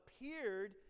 appeared